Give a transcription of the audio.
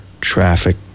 traffic